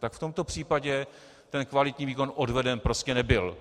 V tomto případě kvalitní výkon odveden prostě nebyl.